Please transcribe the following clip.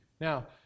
Now